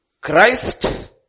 Christ